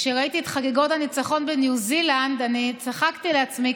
כשראיתי את חגיגות הניצחון בניו זילנד צחקתי לעצמי,